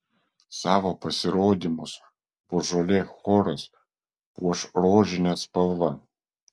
savo pasirodymus božolė choras puoš rožine spalva